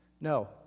No